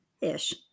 Ish